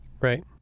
right